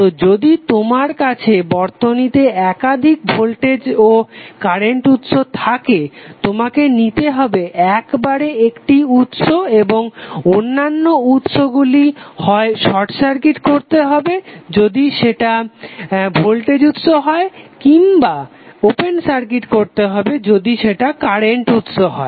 তো যদি তোমার কাছে বর্তনীতে একাধিক ভোল্টেজ ও কারেন্ট উৎস থাকে তোমাকে নিতে হবে একবারে একটি উৎস এবং অন্যান্য উৎসগুলি হয় শর্ট সার্কিট করতে হবে যদি সেটা ভোল্টেজ উৎস হয় কিম্বা ওপেন সার্কিট করতে হবে যদি সেটা কারেন্ট উৎস হয়